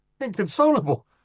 Inconsolable